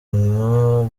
nko